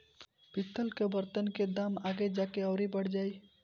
पितल कअ बर्तन के दाम आगे जाके अउरी बढ़ जाई